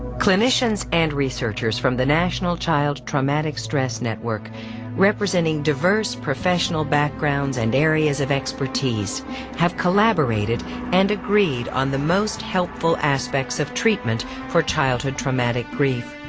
clinicians and researchers from the national child traumatic stress network representing diverse professional backgrounds and areas of expertise have collaborated and agreed on the most helpful aspects of treatment for childhood traumatic grief.